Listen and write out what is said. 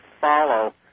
follow